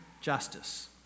justice